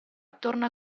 torna